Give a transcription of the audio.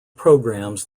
programmes